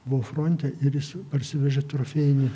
buvo fronte ir jis parsivežė trofėjinį